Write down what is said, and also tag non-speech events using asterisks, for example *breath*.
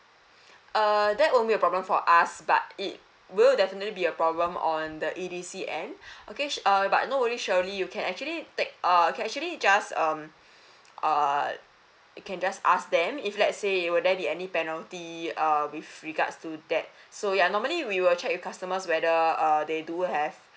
*breath* uh that won't be a problem for us but it will definitely be a problem on the E_D_C end *breath* okay uh but no worries shirley you can actually take uh can actually just um *breath* uh can just ask them if let's say would there be any penalty err with regards to that *breath* so ya normally we will check with customers whether they do have